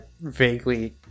vaguely